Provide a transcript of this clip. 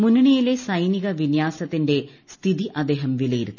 മുന്നണിയിലെ സൈനിക വിന്യാസത്തിന്റെ സ്ഥിതി അദ്ദേഹം വിലയിരുത്തി